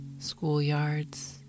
schoolyards